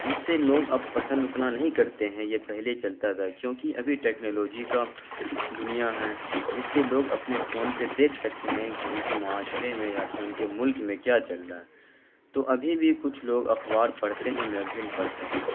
جس سے لوگ اب پسند اتنا نہیں کرتے ہیں یہ پہلے چلتا تھا کیوںکہ ابھی ٹکنالوجی کا دنیا ہے جس سے لوگ اپنے فون پہ دیکھ سکتے ہیں کہ ان کے معاشرے میں یا پھر ان کے ملک میں کیا چل رہا ہے تو ابھی بھی کچھ لوگ اخبار پڑھتے ہیں میگزین پڑھتے ہیں